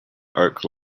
oak